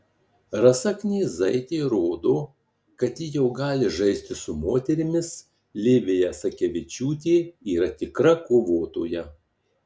rasa knyzaitė rodo kad ji jau gali žaisti su moterimis livija sakevičiūtė yra tikra kovotoja